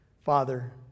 Father